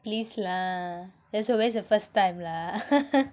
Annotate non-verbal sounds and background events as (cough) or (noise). please lah there's always a first time lah (laughs)